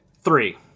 Three